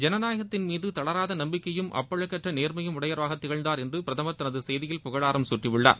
ஜனநாயகத்தின் மீது தளராத நம்பிக்கையும் அப்பழுக்கற்ற நேர்மையும் உடையவராக திகழந்தார் என்று பிரதமர் தனது செய்தியில் புகழாரம் சூட்டியுள்ளார்